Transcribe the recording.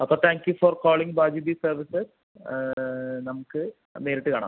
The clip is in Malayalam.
അപ്പോൾ താങ്ക് യു ഫോർ കോളിങ് ബാജൂബി സർവീസെസ് നമുക്ക് നേരിട്ട് കാണാം